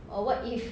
or what if